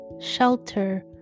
shelter